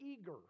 eager